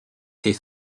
fait